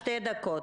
שתי דקות.